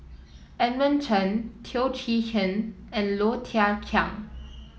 Edmund Chen Teo Chee Hean and Low Thia Khiang